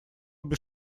без